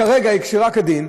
כרגע היא כשרה כדין,